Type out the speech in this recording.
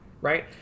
right